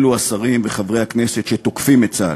אלו השרים וחברי הכנסת שתוקפים את צה"ל,